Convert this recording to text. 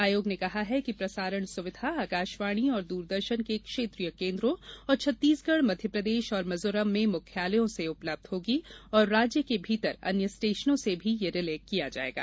आयोग ने कहा है कि प्रसारण सुविधा आकाशवाणी और दूरदर्शन के क्षेत्रीय केन्द्रों और छत्तीसगढ़ मध्यप्रदेश और मिजोरम में मुख्यालयों से उपलब्ध होगी और राज्य के भीतर अन्य स्टेशनों से भी यह रिले किया जायेगा